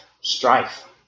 strife